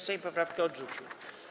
Sejm poprawkę odrzucił.